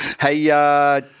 Hey